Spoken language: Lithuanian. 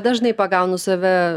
dažnai pagaunu save